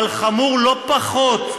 אבל חמור לא פחות,